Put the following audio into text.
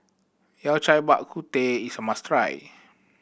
Yao Cai Bak Kut Teh is a must try